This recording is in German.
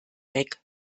weg